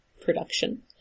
production